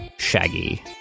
Shaggy